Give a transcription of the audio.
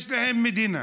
יש להם מדינה.